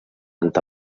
tant